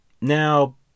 Now